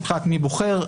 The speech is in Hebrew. מבחינת מי בוחר,